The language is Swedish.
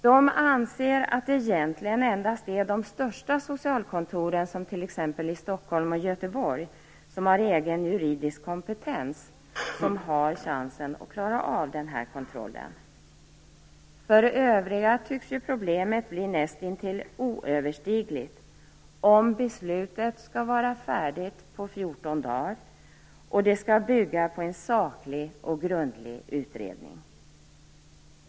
De anser att det egentligen endast är de största socialkontoren med egen juridisk kompetens, t.ex. i Stockholm och Göteborg, som har möjlighet att klara av kontrollen. För övriga tycks problemet bli näst intill oöverstigligt, om beslutet skall vara färdigt på fjorton dagar och bygga på en saklig och grundlig utredning.